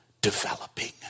developing